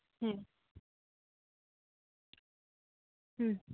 ᱦᱮᱸ ᱦᱩᱸ